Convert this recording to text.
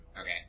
Okay